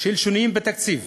של שינויים בתקציב.